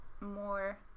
more